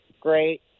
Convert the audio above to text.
Great